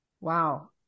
Wow